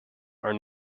are